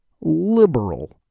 liberal